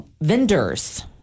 vendors